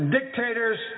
dictators